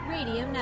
Radio